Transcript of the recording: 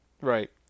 Right